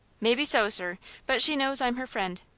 maybe so, sir but she knows i'm her friend.